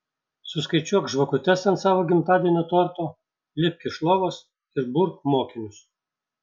suskaičiuok žvakutes ant savo gimtadienio torto lipk iš lovos ir burk mokinius